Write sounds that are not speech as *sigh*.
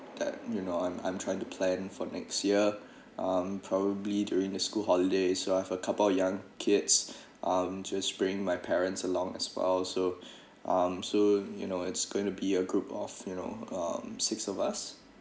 that you know I'm I'm trying to plan for next year *breath* um probably during the school holidays I have a couple of young kids *breath* um just bringing my parents along as well so *breath* um so you know it's going to be a group of you know um six of us